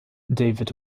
david